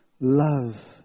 Love